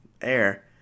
air